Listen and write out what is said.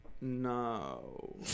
no